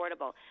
affordable